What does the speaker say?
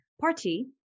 Party